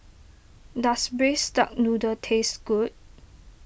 does Braised Duck Noodle taste good